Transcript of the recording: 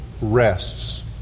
rests